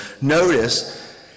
notice